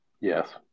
yes